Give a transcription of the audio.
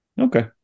Okay